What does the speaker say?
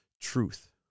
truth